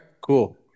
cool